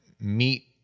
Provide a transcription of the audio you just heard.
meet